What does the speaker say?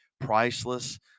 priceless